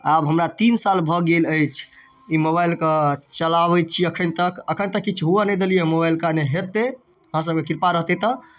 आब हमरा तीन साल भऽ गेल अछि ई मोबाइलकेँ चलाबै छी एखन तक एखन तऽ किछु हुअ नहि देलियैए मोबाइलकेँ आ नहि हेतै अहाँसभके कृपा रहतै तऽ